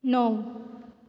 णव